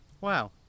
wow